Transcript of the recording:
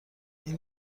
این